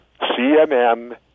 CNN